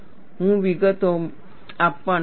હું વિગતોમાં આવવાનો નથી